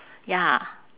ya